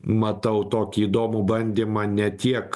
matau tokį įdomų bandymą ne tiek